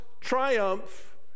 triumph